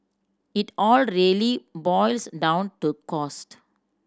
it all really boils down to cost